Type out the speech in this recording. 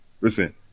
listen